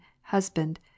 husband